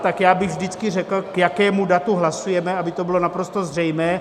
Tak já bych vždycky řekl, k jakému datu hlasujeme, aby to bylo naprosto zřejmé.